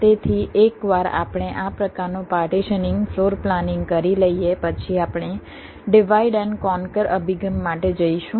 તેથી એકવાર આપણે આ પ્રકારનું પાર્ટીશનીંગ ફ્લોર પ્લાનિંગ કરી લઈએ પછી આપણે ડિવાઈડ એન્ડ કોનકર અભિગમ માટે જઈશું